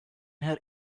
her